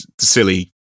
silly